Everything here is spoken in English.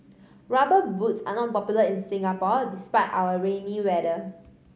Rubber Boots are not popular in Singapore despite our rainy weather